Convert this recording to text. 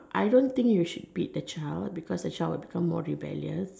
I don't think you should beat the child because the child would become more rebellious